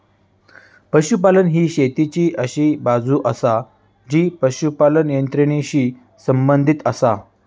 पशुपालन ही शेतीची अशी बाजू आसा जी पशुपालन यंत्रणेशी संबंधित आसा